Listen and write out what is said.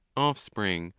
offspring,